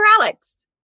Alex